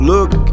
Look